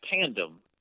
tandem